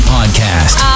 Podcast